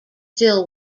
still